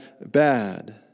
bad